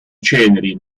ceneri